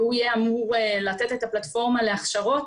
והוא יהיה אמור לתת את הפלטפורמה להכשרות,